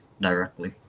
directly